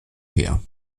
her